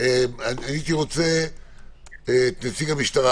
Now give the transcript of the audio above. הייתי רוצה את נציג המשטרה.